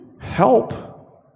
help